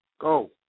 Go